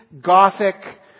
gothic